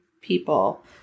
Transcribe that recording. people